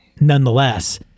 nonetheless